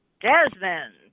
Desmond